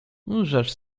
rzecz